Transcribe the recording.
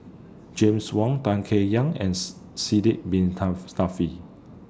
James Wong Tan Chay Yan and Sidek Bin